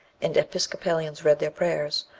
and episcopalians read their prayers,